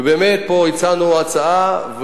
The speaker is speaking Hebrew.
ובאמת פה הצענו הצעה,